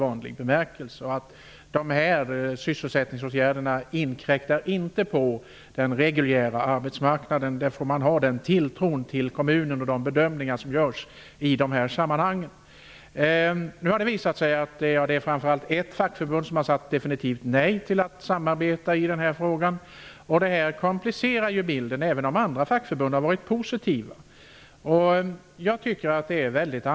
Dessa sysselsättningsåtgärder inkräktar inte på den reguljära arbetsmarknaden. Den tilltron måste vi visa kommunen och de bedömningar som görs i dessa sammanhang. Nu har framför allt ett fackförbund definitivt sagt nej till att samarbeta i den här frågan. Det komplicerar bilden, även om andra fackförbund har varit positiva.